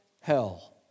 hell